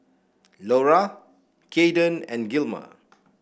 Lora Kaden and Gilmer